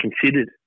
considered